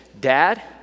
dad